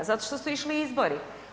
Zato što su išli izbori.